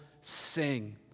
sing